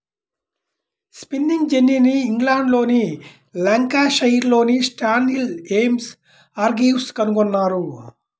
spinning జెన్నీని ఇంగ్లండ్లోని లంకాషైర్లోని స్టాన్హిల్ జేమ్స్ హార్గ్రీవ్స్ కనుగొన్నారు